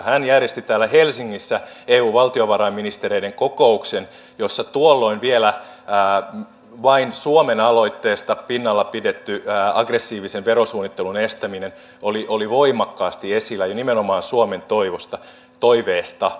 hän järjesti täällä helsingissä eun valtiovarainministereiden kokouksen jossa tuolloin vielä vain suomen aloitteesta pinnalla pidetty aggressiivisen verosuunnittelun estäminen oli voimakkaasti esillä ja nimenomaan suomen toiveesta